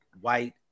white